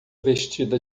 vestida